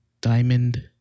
Diamond